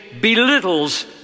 belittles